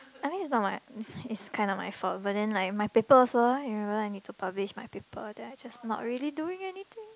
I think it's not my it's it's kind of my fault but then like my paper also remember I need to publish my paper then I just not really doing anything